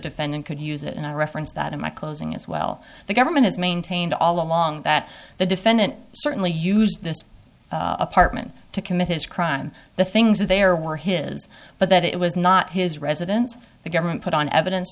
defendant could use it and i referenced that in my closing as well the government has maintained all along that the defendant certainly used this apartment to commit his crime the things that they are were his but that it was not his residence the government put on evidence